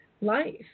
life